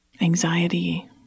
anxiety